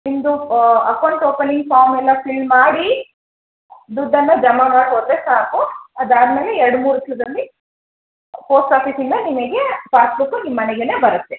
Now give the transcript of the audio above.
ನಿಮ್ಮದು account opening form ಎಲ್ಲ fill ಮಾಡಿ ದುಡ್ಡನ್ನು ಜಮಾ ಮಾಡಿ ಹೋದರೆ ಸಾಕು ಅದಾದ ಮೇಲೆ ಎರಡು ಮೂರು ದಿನದಲ್ಲಿ ಪೋಸ್ಟ್ ಆಫೀಸಿಂದ ನಿಮಗೆ ಪಾಸ್ಬುಕ್ಕು ನಿಮ್ಮ ಮನೆಗೇ ಬರುತ್ತೆ